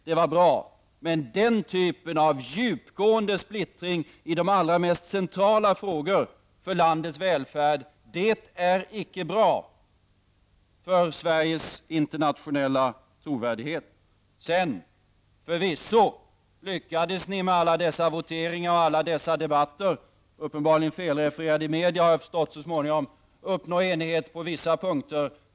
Det var bra, men den typen av djupgående splittring i de allra mest centrala frågorna för landets välfärd är inte bra för Sveriges internationella trovärdighet. Förvisso lyckades ni med alla voteringar och debatter -- uppenbarligen felrefererade, enligt vad jag så småningom har förstått -- uppnå enighet på vissa punkter.